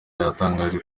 yatangaje